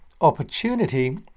opportunity